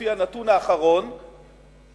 לפי הנתון הרשמי האחרון שפורסם,